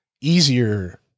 easier